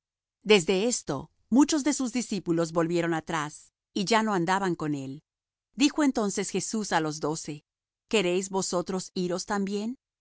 desde esto muchos de sus discípulos volvieron atrás y ya no andaban con él dijo entonces jesús á los doce queréis vosotros iros también